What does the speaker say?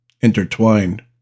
intertwined